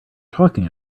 talking